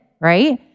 right